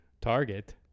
Target